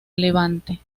levante